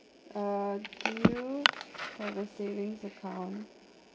uh do you a savings account